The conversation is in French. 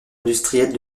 industriels